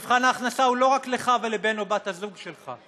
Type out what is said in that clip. מבחן ההכנסה הוא לא רק לך ולבן או בת הזוג שלך,